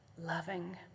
loving